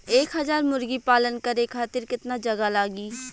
एक हज़ार मुर्गी पालन करे खातिर केतना जगह लागी?